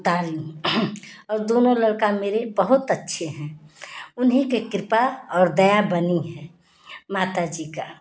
उतारी हूँ और दोनों लड़का मेरे बहुत अच्छे हैं उन्हें के कृपा और दया बनी है माता जी का